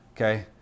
Okay